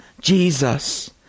Jesus